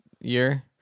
year